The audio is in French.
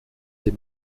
des